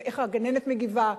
איך הגננת מגיבה.